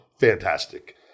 Fantastic